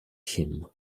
him